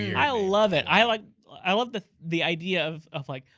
i love it. i like i love the the idea of of like,